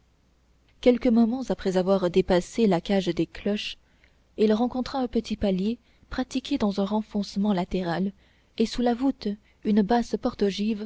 quelques moments après avoir dépassé la cage des cloches il rencontra un petit palier pratiqué dans un renfoncement latéral et sous la voûte une basse porte